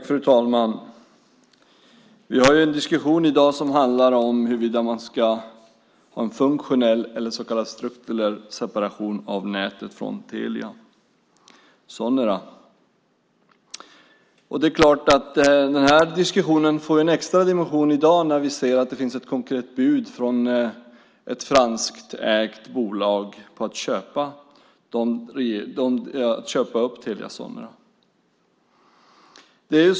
Fru talman! Vi har nu en diskussion om huruvida man ska ha en funktionell eller strukturell separation av nätet från Telia Sonera. Diskussionen får en extra dimension i dag när vi ser att det finns ett konkret bud från ett franskägt bolag som vill köpa upp Telia Sonera.